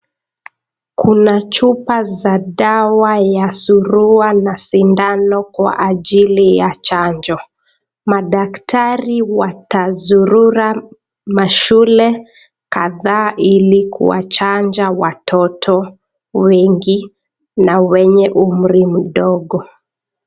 Kuna chupa za dawa ya surua na sindano kwa ajili ya chanjo, madaktari watazurura mashule kadhaa ili kuwachanja watoto wengi na wenye umri mdogo.